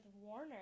Warner